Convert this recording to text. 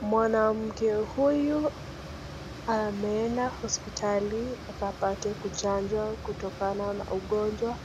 Mwanamke huyu ameenda hospitali akapate kuchanjwa kutokana na ugonjwa